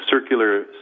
circular